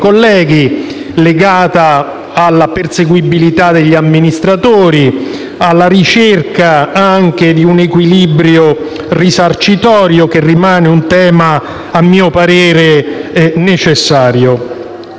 colleghi, legata alla perseguibilità degli amministratori, alla ricerca anche di un equilibrio risarcitorio, che rimane un tema, a mio parere, necessario.